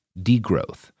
degrowth